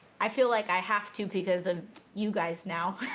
i feel like i have to because of you guys now.